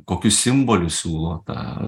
kokius simbolius siūlo ta